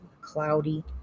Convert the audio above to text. cloudy